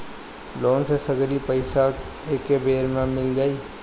Loan के सगरी पइसा एके बेर में मिल जाई?